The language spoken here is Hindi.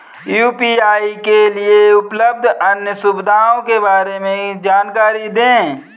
यू.पी.आई के लिए उपलब्ध अन्य सुविधाओं के बारे में जानकारी दें?